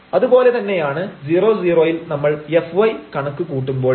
അതുപോലെ തന്നെയാണ് 00ൽ നമ്മൾ fy കണക്കു കൂട്ടുമ്പോഴും